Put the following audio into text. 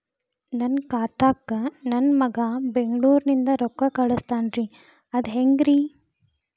ನನ್ನ ಖಾತಾಕ್ಕ ನನ್ನ ಮಗಾ ಬೆಂಗಳೂರನಿಂದ ರೊಕ್ಕ ಕಳಸ್ತಾನ್ರಿ ಅದ ಹೆಂಗ್ರಿ?